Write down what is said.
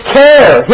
care